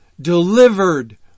delivered